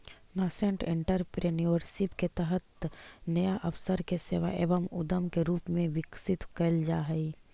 nascent entrepreneurship के तहत नया अवसर के सेवा एवं उद्यम के रूप में विकसित कैल जा हई